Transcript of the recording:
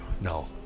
No